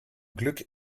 glück